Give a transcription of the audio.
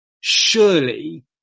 surely